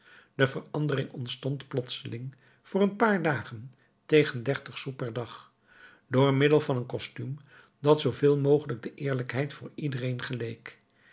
de verandering ontstond plotseling voor een paar dagen tegen dertig sous per dag door middel van een costuum dat zooveel mogelijk de eerlijkheid voor iedereen geleek